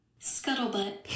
Scuttlebutt